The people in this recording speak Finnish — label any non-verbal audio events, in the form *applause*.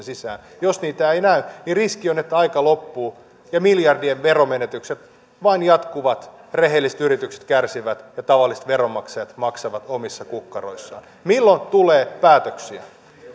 *unintelligible* sisään niin jos niitä ei näy niin riski on että aika loppuu ja miljardien veromenetykset vain jatkuvat rehelliset yritykset kärsivät ja tavalliset veronmaksajat maksavat omista kukkaroistaan milloin tulee päätöksiä